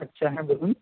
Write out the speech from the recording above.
আচ্ছা হ্যাঁ বলুন